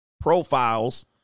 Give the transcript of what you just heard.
profiles